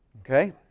Okay